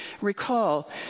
recall